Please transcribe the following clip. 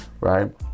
right